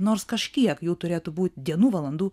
nors kažkiek jų turėtų būt dienų valandų